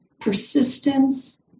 persistence